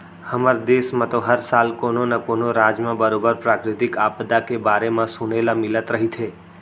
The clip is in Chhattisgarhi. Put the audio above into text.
हमर देस म तो हर साल कोनो न कोनो राज म बरोबर प्राकृतिक आपदा के बारे म म सुने ल मिलत रहिथे